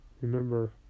remember